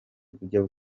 kujya